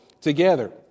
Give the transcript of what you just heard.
together